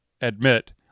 admit